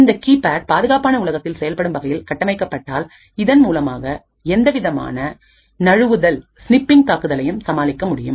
இந்த கீபேட் பாதுகாப்பான உலகத்தில் செயல்படும் வகையில் கட்டமைக்கப்பட்டால்இதன் மூலமாக எந்தவிதமான நழுவுதல் தாக்குதலையும் சமாளிக்க முடியும்